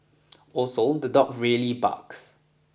also the dog really barks